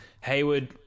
Hayward